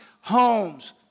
homes